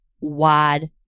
wide